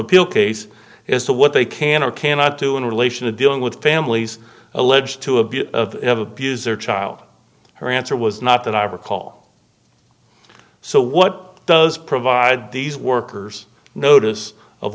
appeal case as to what they can or cannot do in relation to dealing with families alleged to abuse of abuse or child her answer was not that i recall so what does provide these workers notice of